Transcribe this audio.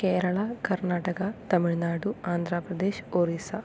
Kerala Karnataka Tamil Nadu Andhra Pradesh Orissa